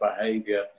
behavior